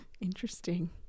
Interesting